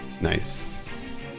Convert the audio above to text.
Nice